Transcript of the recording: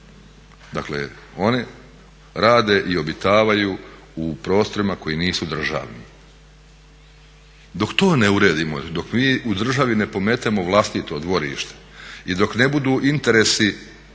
Dakle, oni rade i obitavaju u prostorima koji nisu državni. Dok to ne uredimo, dok mi u državi ne pometemo vlastito dvorište i dok ne budu interesi